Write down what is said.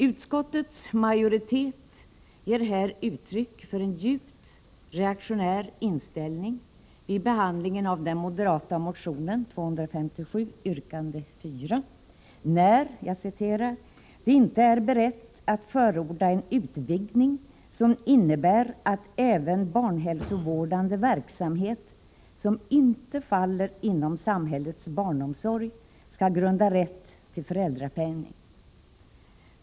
Utskottets majoritet ger här uttryck för en djupt reaktionär inställning vid behandlingen av den moderata motionen 257, yrkande 4, när man säger: ”Utskottet är däremot inte berett förorda en utvidgning som innebär att även barnhälsovårdande verksamhet ——— som inte faller inom samhällets barnomsorg skall grunda rätt till föräldrapenning”.